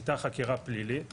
הייתה חקירה פלילית